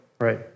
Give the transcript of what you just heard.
Right